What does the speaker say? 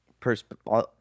perspective